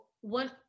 one